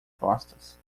costas